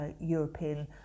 European